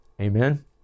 Amen